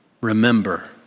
remember